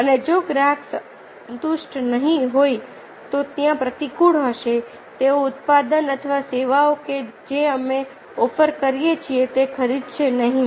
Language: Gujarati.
અને જો ગ્રાહકો સંતુષ્ટ ન હોય તો ત્યાં પ્રતિકૂળ હશે તેઓ ઉત્પાદન અથવા સેવાઓ કે જે અમે ઓફર કરીએ છીએ તે ખરીદશે નહીં